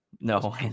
No